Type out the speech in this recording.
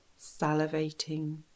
salivating